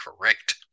correct